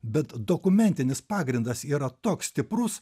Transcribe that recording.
bet dokumentinis pagrindas yra toks stiprus